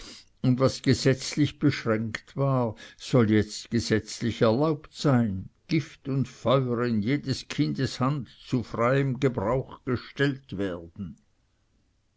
und was gesetzlich beschränkt war soll jetzt gesetzlich erlaubt sein gift und feuer in jedes kindes hand zu freiem gebrauch gestellt werden